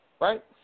Right